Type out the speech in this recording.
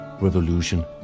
revolution